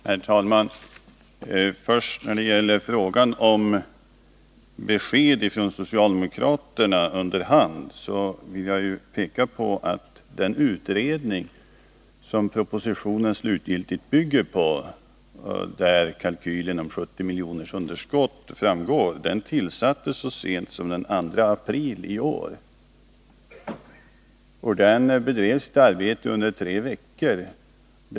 Herr talman! När det först gäller detta om besked under hand från socialdemokraterna, så vill jag framhålla att den utredning som propositionen slutgiltigt bygger på och där kalkylerna på 70 miljoner i underskott redovisats tillsattes så sent som den 2 april i år. Arbetet bedrevs under tre veckor.